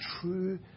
true